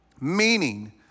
Meaning